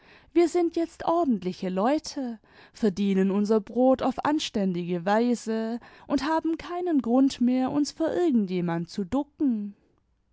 wir sind jetzt ordentliche leute verdienen unser brot auf anständige weise und haben keinen grund mehr uns vor irgend jemand zu ducken